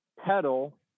pedal